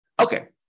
Okay